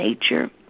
nature